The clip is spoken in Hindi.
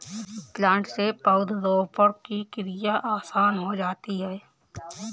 प्लांटर से पौधरोपण की क्रिया आसान हो जाती है